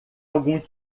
algum